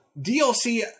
DLC